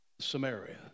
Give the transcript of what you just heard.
Samaria